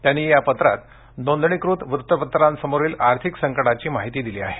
त्यांनी पत्रात नोंदणीकृत वृत्तपत्रांसमोरील आर्थिक संकटाची माहिती दिली आहे